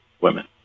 women